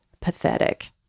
pathetic